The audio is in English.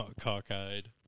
cockeyed